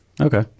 Okay